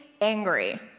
angry